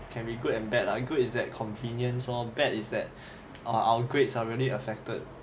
can be good and bad lah good is that convenience lor bad is that our upgrades are really effected